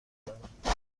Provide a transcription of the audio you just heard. دارم